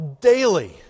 daily